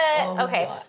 okay